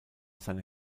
seine